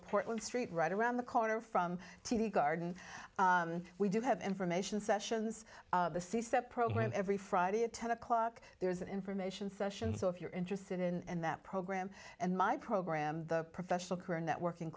portland street right around the corner from t d garden we do have information sessions the sister program every friday at ten o'clock there's an information session so if you're interested in that program and my program the professional career networking